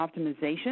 optimization